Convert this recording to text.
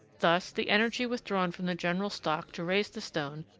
thus the energy, withdrawn from the general stock to raise the stone,